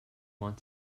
want